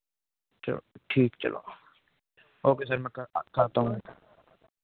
चलो ठीक चलो ओके सर मैं कर करता हूँ